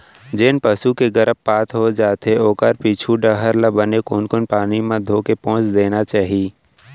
जेन पसू के गरभपात हो जाथे ओखर पीछू डहर ल बने कुनकुन पानी म धोके पोंछ देना चाही